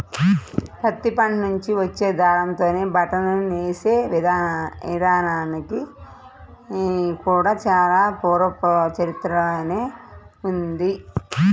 పత్తి పంట నుంచి వచ్చే దారంతోనే బట్టను నేసే ఇదానానికి కూడా చానా పూర్వ చరిత్రనే ఉంది